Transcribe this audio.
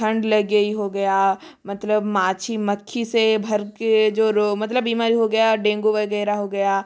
ठंड लग गई हो गया मतलब मक्खी से भर के जो मतलब बीमारी हो गया डेंगू वगैरह हो गया